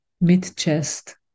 mid-chest